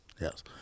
Yes